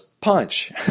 punch